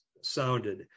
sounded